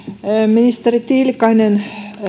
ministeri tiilikainen